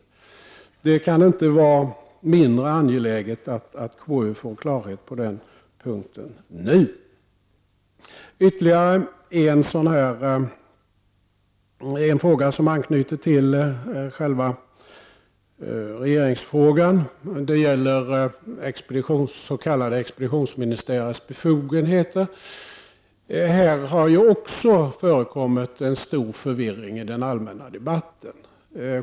Det kan inte vara mindre angeläget att KU får klarhet på den punkten nu. Ytterligare en fråga som anknyter till själva regeringsfrågan gäller den s.k. expeditionsministärens befogenheter. På den punkten har det också förekommit stor förvirring i den allmänna debatten.